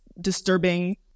disturbing